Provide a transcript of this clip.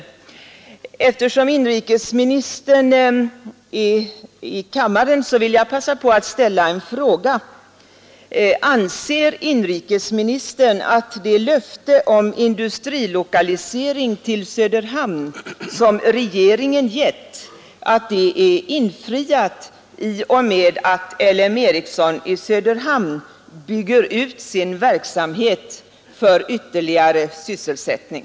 Eftersom inrikesministern är i kammaren vill jag passa på att ställa en fråga. Anser inrikesministern att det löfte om industrilokalisering till Söderhamn som regeringen gett är infriat i och med att L M Ericsson i Söderhamn bygger ut sin verksamhet för ytterligare sysselsättning?